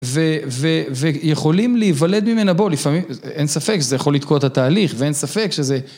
ויכולים להיוולד ממנה בוא לפעמים, אין ספק שזה יכול לתקוע את התהליך ואין ספק שזה...